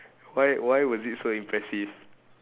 why why was it so impressive